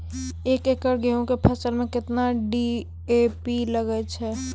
एक एकरऽ गेहूँ के फसल मे केतना डी.ए.पी लगतै?